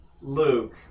Luke